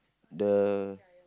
the